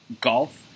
golf